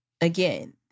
again